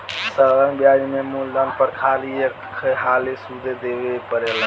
साधारण ब्याज में मूलधन पर खाली एक हाली सुध देवे परेला